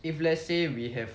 if let's say we have